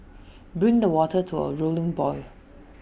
bring the water to A rolling boil